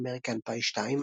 "אמריקן פאי 2",